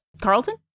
Carlton